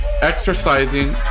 exercising